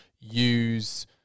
use